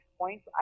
points